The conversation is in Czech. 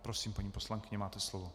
Prosím, paní poslankyně, máte slovo.